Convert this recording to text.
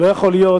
לא יכול להיות